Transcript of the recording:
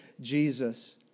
Jesus